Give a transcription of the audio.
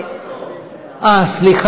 רגע,